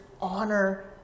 honor